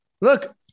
Look –